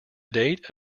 date